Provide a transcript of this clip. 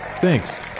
Thanks